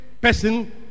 person